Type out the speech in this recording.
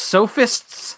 Sophists